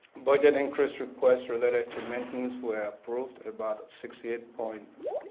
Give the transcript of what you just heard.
budget increase request related to maintenance were approved about sixty eight point,